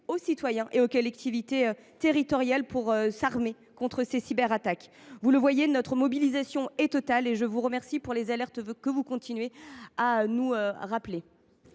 aux citoyens et aux collectivités territoriales pour s’armer contre ces cyberattaques. Vous le voyez, notre mobilisation est totale, et je vous remercie pour les alertes que vous continuez à nous rappeler.